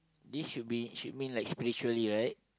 this should be should mean like spiritually right